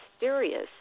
mysterious